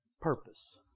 purpose